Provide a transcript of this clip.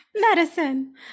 medicine